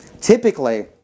typically